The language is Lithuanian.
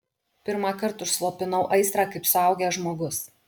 pirmąkart užslopinau aistrą kaip suaugęs žmogus